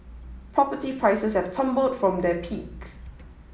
property prices have tumbled from their peak